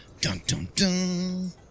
Dun-dun-dun